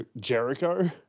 Jericho